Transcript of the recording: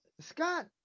Scott